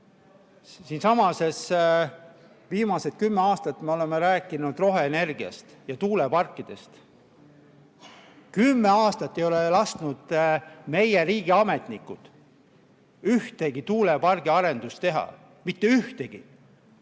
Siinsamas viimased kümme aastat me oleme rääkinud roheenergiast ja tuuleparkidest. Kümme aastat ei ole lasknud meie riigi ametnikud ühtegi tuulepargi arendust teha. Mitte ühtegi!